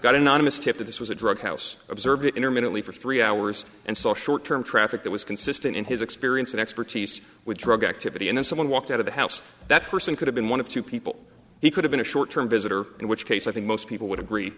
an anonymous tip that this was a drug house observe it intermittently for three hours and so short term traffic that was consistent in his experience and expertise with drug activity and someone walked out of the house that person could have been one of two people he could have been a short term visitor in which case i think most people would agree